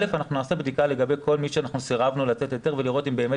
אנחנו נעשה בדיקה לגבי כל מי שסירבנו לתת היתר ולראות אם באמת